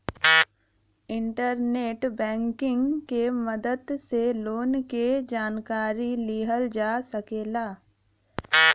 internet banking क मदद से लोन क जानकारी लिहल जा सकला